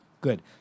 Good